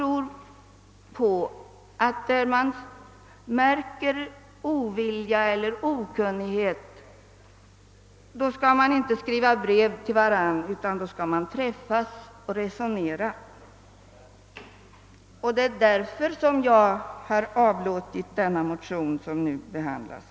Om man märker okunnighet eller ovilja, skall man inte skriva brev till varandra utan man skall träffas och resonera. Det är därför som jag har avlämnat den motion som nu behandlas.